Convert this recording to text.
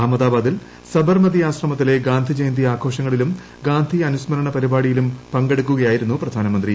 അഹമ്മദാബാദിൽ സബർമതി ആശ്രമത്തിലെ ഗാന്ധിജയന്തി ആഘോഷങ്ങളിലും ഗാന്ധി അനുസ്മരണ പരിപാടിയിലും പങ്കെടുക്കുകയായിരുന്നു പ്രധാനമന്ത്രി